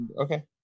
okay